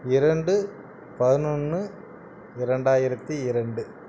இரண்டு பதினொன்று இரண்டாயிரத்தி இரண்டு